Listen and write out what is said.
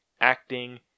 acting